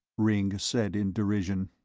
ringg said in derision.